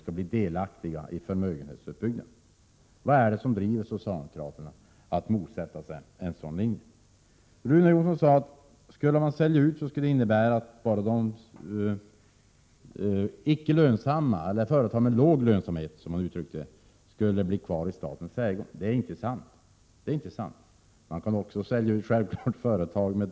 Det är inte sant. Man kan självfallet också sälja ut företag som har dålig lönsamhet och som är i statens 65 ägo. Det har också skett.